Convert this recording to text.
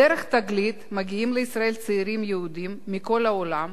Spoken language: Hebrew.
דרך "תגלית" מגיעים לישראל צעירים יהודים מכל העולם,